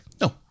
No